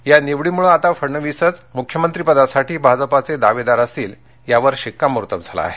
या निवडीमुळे आता फडणविसच मुख्यमंत्रीपदासाठी भाजपाचे दावेदार असतील यावर शिक्कामोर्तब झालं आहे